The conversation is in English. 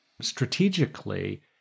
strategically—